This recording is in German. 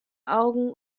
augen